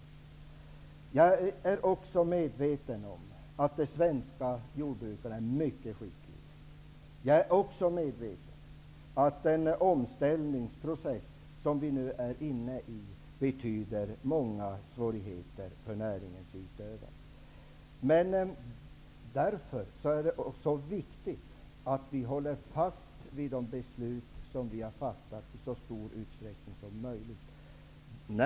Jag är också medveten om att den svenske jordbrukaren är mycket skicklig och om att den omställningsprocess som vi nu befinner oss i innebär många svårigheter för näringens utövare. Därför är det mycket viktigt att vi i så stor utsträckning som möjligt håller fast vid de beslut som vi har fattat.